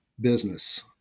business